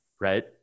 Right